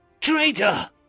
Traitor